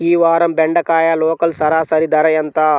ఈ వారం బెండకాయ లోకల్ సరాసరి ధర ఎంత?